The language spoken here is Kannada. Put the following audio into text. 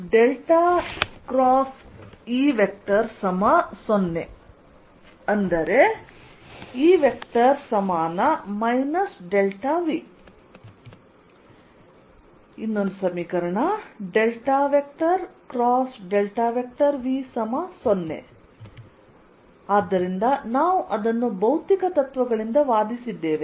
E0 implies E V V0 ಆದ್ದರಿಂದ ನಾವು ಅದನ್ನು ಭೌತಿಕ ತತ್ವಗಳಿಂದ ವಾದಿಸಿದ್ದೇವೆ